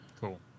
Cool